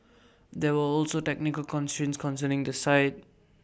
there were also technical constraints concerning the site